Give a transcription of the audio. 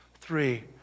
three